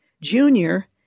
junior